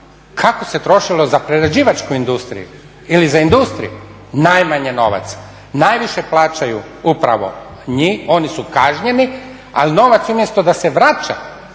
kako se trošilo za prerađivačku industriju ili za industriju najmanje novaca. Najviše plaćaju upravo oni su kažnjeni, ali novac umjesto da se vraća